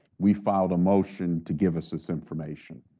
we filed a motion to give us this information.